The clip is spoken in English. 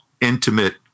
intimate